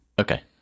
Okay